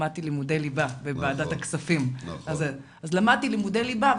לא למדתי לימודי ליבה; אז למדתי לימודי ליבה,